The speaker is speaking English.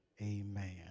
amen